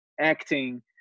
acting